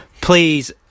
please